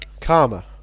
Karma